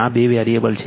આ બે વેરીએબલ છે